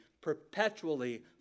perpetually